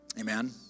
Amen